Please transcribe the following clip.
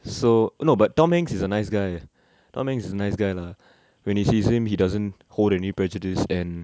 so no but tom hanks is a nice guy tom hanks is a nice guy lah when he sees him he doesn't hold any prejudice and